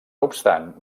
obstant